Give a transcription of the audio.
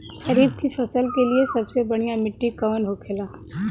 खरीफ की फसल के लिए सबसे बढ़ियां मिट्टी कवन होखेला?